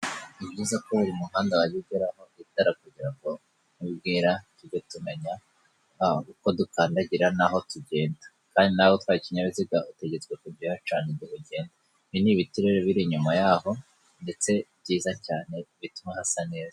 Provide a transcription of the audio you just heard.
Ni byiza ko buri muhanda wajya ugeraho itara kugira ngo nibwira tujye tumenya uko dukandagira n'aho tugenda, kandi nawe utwaye ikinyabiziga utegetswe kujya uyacana ihihe ugenda. Ibi ni ibiti rero biri inyuma yaho, ndetse byiza cyane bituma hasa neza.